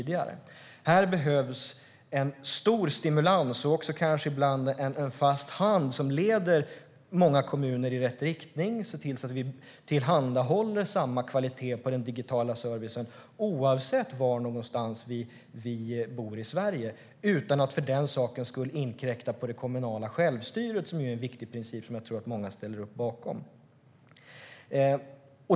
Därför behövs en stor stimulans och kanske ibland en fast hand som leder kommunerna i rätt riktning så att vi ser till att det tillhandahålls samma kvalitet på den digitala servicen oavsett var i Sverige man bor. Man får dock inte inkräkta på det kommunala självstyret, som är en viktig princip som jag tror att många ställer sig bakom.